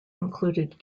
included